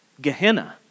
Gehenna